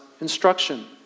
instruction